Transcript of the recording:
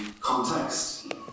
context